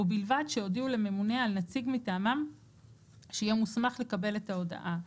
ובלבד שהודיעו לממונה על נציג מטעמם שיהיה מוסמך לקבל את ההודעה,